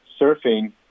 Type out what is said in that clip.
surfing